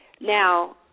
Now